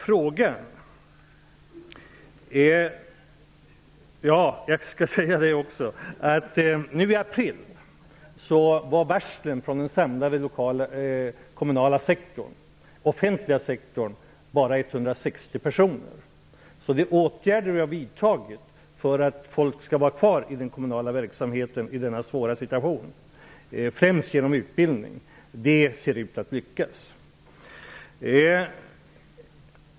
Prognosen för 1996 är också god. Nu i april omfattade varslen från den samlade kommunala sektorn bara 160 personer. De åtgärder som vi har vidtagit för att folk skall få vara kvar i den kommunala verksamheten i denna svåra situation -- främst handlar det om utbildning -- ser ut att lyckas.